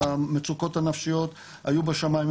המצוקות הנפשיות היו בשמיים,